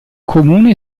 comune